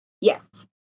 yes